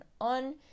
on